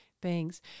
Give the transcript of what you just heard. beings